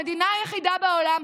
המדינה היחידה בעולם,